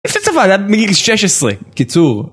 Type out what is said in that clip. איפה צבא, זה היה מגיל 16 קיצור